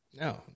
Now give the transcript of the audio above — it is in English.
No